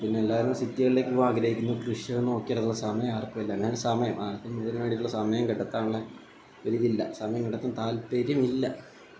പിന്നെ എല്ലാവരും സിറ്റികളിലേക്ക് പോവാൻ ആഗ്രഹിക്കുന്നവർക്ക് കൃഷിയൊന്നും നോക്കി നടക്കാനുള്ള സമയം ആർക്കുമില്ല എന്നാലും സമയം ആർക്കും ഇതിന് വേണ്ടിയിട്ടുള്ള സമയം കണ്ടെത്താനുള്ള ഒരു ഇത് ഇല്ല സമയം കണ്ടെത്താൻ താൽപ്പര്യം ഇല്ല